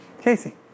Casey